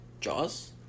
Jaws